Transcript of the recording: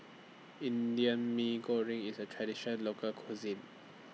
Indian Mee Goreng IS A Traditional Local Cuisine